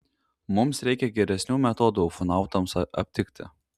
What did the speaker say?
mums reikia geresnių metodų ufonautams aptikti